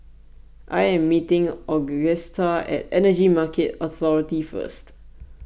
I am meeting Augusta at Energy Market Authority First